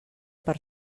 per